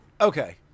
okay